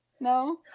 No